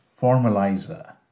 Formalizer